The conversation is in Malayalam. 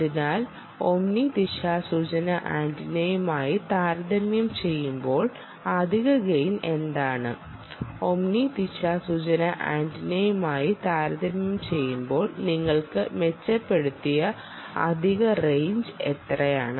അതിനാൽ ഓമ്നി ദിശാസൂചന ആന്റിനയുമായി താരതമ്യം ചെയ്യുമ്പോൾ അധിക ഗെയിനെന്താണ് ഓമ്നി ദിശാസൂചന ആന്റിനയുമായി താരതമ്യം ചെയ്യുമ്പോൾ നിങ്ങൾക്ക് മെച്ചപ്പെടുത്തിയ അധിക റെയിഞ്ച് എത്രയാണ്